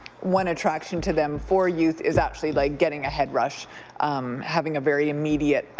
one attraction to them for youth is actually like getting a head rush having a very immediate